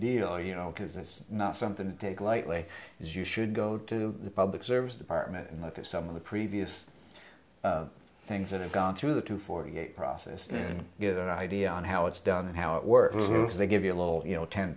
deal you know because it's not something to take lightly is you should go to the public service department and look at some of the previous things that have gone through the two forty eight process and get an idea on how it's done and how it works they give you a little you know ten